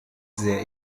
sehr